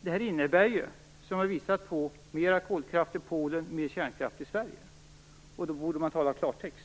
Det innebär, som jag visat på, mer kolkraft i Polen och mer kärnkraft i Sverige, och då borde man tala klartext.